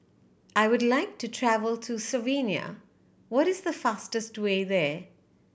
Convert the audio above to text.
I would like to travel to Slovenia what is the fastest way there